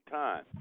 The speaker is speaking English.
time